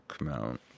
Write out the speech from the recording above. mount